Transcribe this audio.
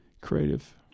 creative